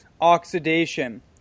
oxidation